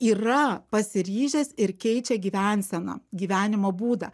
yra pasiryžęs ir keičia gyvenseną gyvenimo būdą